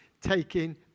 taking